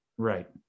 Right